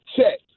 Check